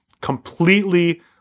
completely